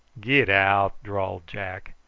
get out! drawled jack.